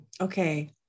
Okay